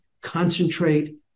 concentrate